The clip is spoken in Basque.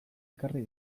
ekarri